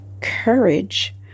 courage